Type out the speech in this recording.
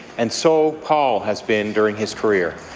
and so paul has been during his career.